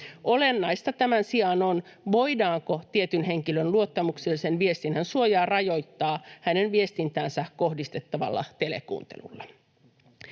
Olennaista tämän sijaan on, voidaanko tietyn henkilön luottamuksellisen viestinnän suojaa rajoittaa hänen viestintäänsä kohdistettavalla telekuuntelulla.